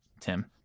Tim